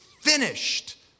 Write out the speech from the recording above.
finished